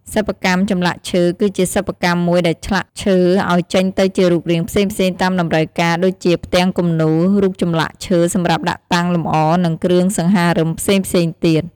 សិប្បកម្មចម្លាក់ឈើគឺជាសិប្បកម្មមួយដែលឆ្លាក់ឈើឲ្យចេញទៅជារូបរាងផ្សេងៗតាមតម្រូវការដូចជាផ្ទាំងគំនូរ រូបចម្លាក់ឈើសម្រាប់ដាក់តាំងលម្អនិងគ្រឿងសង្ហារឹមផ្សេងៗទៀត។